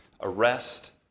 arrest